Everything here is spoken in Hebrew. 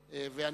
החלטה.